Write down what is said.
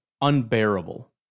unbearable